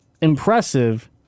impressive